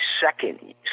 second